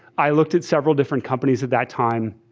i looked at several different companies at that time.